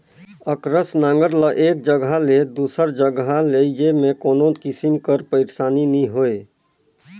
अकरस नांगर ल एक जगहा ले दूसर जगहा लेइजे मे कोनो किसिम कर पइरसानी नी होए